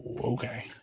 okay